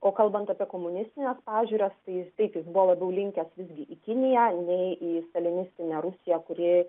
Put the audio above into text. o kalbant apie komunistines pažiūras tai jis taip jis buvo labiau linkęs visgi į kiniją į į stalinistinę rusija kuri